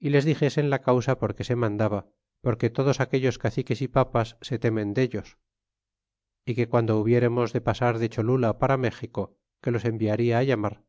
y les dixesen la causa porque se mandaba porque todos aquellos caciques y papas se temen dellos é que guando hubiéremos de pasar de cholula para méxico que los enviaria llamar